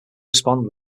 respond